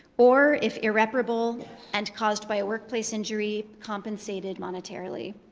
or, if irreparable and caused by a workplace injury, compensated monetarily.